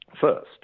first